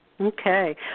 Okay